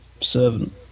servant